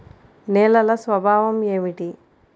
నేలల స్వభావం ఏమిటీ?